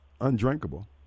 undrinkable